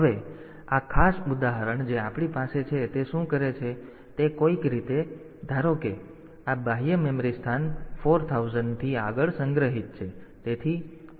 હવે આ ખાસ ઉદાહરણ જે આપણી પાસે છે તેથી તે શું કરે છે કે તે કોઈક રીતે ધારો કે આ બાહ્ય મેમરી સ્થાન 4000 થી આગળ સંગ્રહિત છે